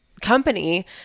company